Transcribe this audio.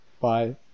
Bye